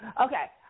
Okay